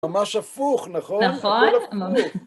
ממש הפוך, נכון? נכון? ממ..